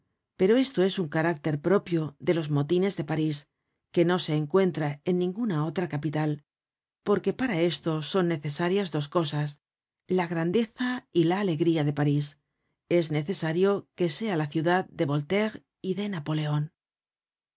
pero esto es un carácter propio de los motines de parís que no se encuentra en ninguna otra capital porque para esto son necesarias dos cosas la grandeza y la alegría de parís es necesario que sea la ciudad de voltaire y de napoleon